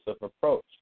approach